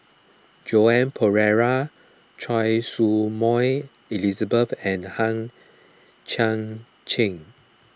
Joan Pereira Choy Su Moi Elizabeth and Hang Chang Chieh